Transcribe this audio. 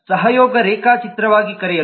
x ನಿಂದ ಸಹಯೋಗ ರೇಖಾಚಿತ್ರವಾಗಿ ಕರೆಯಲು ಬಳಸುವ 1